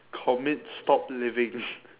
commit stop living